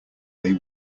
they